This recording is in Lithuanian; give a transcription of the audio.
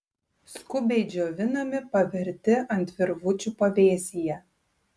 skubiai džiovinami paverti ant virvučių pavėsyje